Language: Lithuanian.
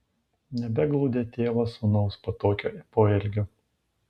nebeglaudė tėvas sūnaus po tokio poelgio